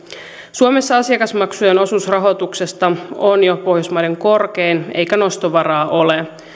suomessa asiakasmaksujen osuus rahoituksesta on jo pohjoismaiden korkein eikä noston varaa ole